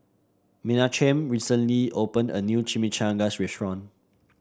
Menachem recently opened a new Chimichangas Restaurant